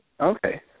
Okay